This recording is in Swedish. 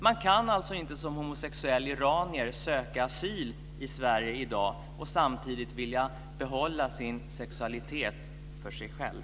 Man kan alltså inte som homosexuell iranier söka asyl i Sverige i dag och samtidigt vilja behålla sin sexualitet för sig själv.